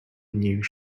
news